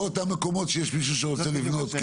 או למקומות שבהם יש מישהו שרוצה לבנות.